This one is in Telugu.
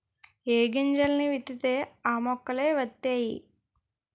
ఏ గింజల్ని విత్తితే ఆ మొక్కలే వతైయి